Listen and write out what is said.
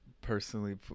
personally